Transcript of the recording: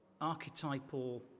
archetypal